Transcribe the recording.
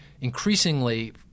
increasingly